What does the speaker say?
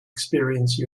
experience